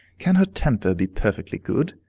can her temper be perfectly good?